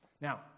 Now